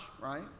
right